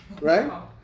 Right